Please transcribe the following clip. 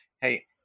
hey